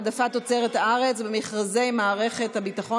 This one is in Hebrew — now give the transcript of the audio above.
העדפת תוצרת הארץ במכרזי מערכת הביטחון